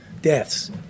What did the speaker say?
deaths